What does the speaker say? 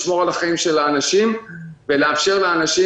לשמור על החיים של האנשים ולאפשר לאנשים,